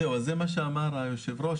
זה מה שאמר היו"ר,